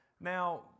Now